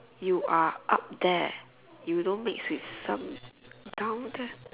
you are up there you don't mix with some down there